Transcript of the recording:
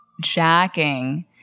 jacking